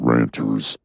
Ranters